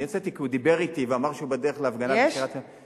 אני הוצאתי כי הוא דיבר אתי ואמר שהוא בדרך להפגנה בקריית-מלאכי,